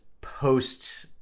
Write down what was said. post